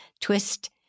twist